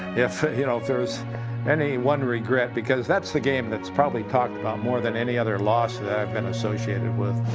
if you know if there was any one regret. because that's the game that's probably talked about more than any other loss that i've been associated with.